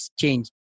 change